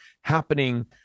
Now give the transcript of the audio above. happening